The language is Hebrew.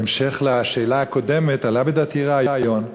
בהמשך לשאלה הקודמת עלה בדעתי רעיון: